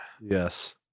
Yes